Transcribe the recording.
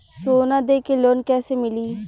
सोना दे के लोन कैसे मिली?